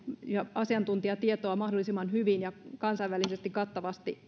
ja asiantuntijatietoa mahdollisimman hyvin ja kansainvälisesti kattavasti